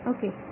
Okay